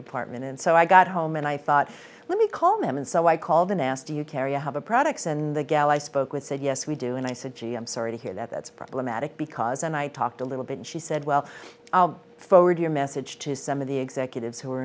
department and so i got home and i thought let me call them and so i called the nasty you carea have a products in the galley i spoke with said yes we do and i said gee i'm sorry to hear that that's problematic because and i talked a little bit and she said well i'll forward your message to some of the executives who are